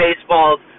baseballs